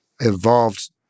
evolved